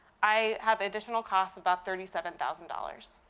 i have additional costs of about thirty seven thousand dollars,